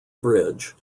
bridge